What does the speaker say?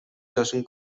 жашын